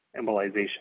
embolization